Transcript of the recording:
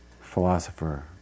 philosopher